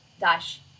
dash